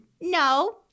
No